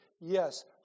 Yes